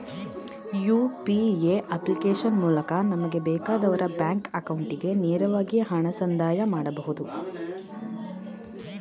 UPA application ಮೂಲಕ ನಮಗೆ ಬೇಕಾದವರ ಬ್ಯಾಂಕ್ ಅಕೌಂಟಿಗೆ ನೇರವಾಗಿ ಹಣ ಸಂದಾಯ ಮಾಡಬಹುದು